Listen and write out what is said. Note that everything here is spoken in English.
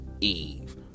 Eve